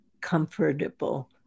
comfortable